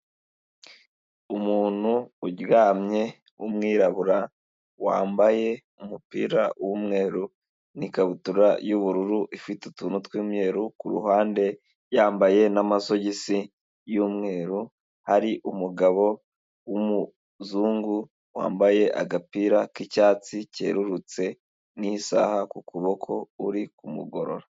Umuntu uryamye w'umwirabura wambaye umupira w'umweru n'ikabutura y'ubururu ifite utuntu tw'umweru, ku ruhande yambaye n'amasogisi y'umweru, hari umugabo w'umuzungu wambaye agapira k'icyatsi kerurutse n'isaha ku kuboko uri kumugorora.